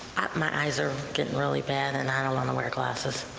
my eyes are getting really bad and i don't want to wear glasses.